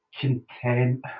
content